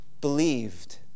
believed